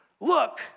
look